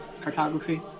cartography